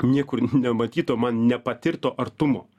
niekur nematyto man nepatirto artumo